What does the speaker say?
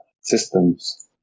systems